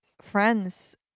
friends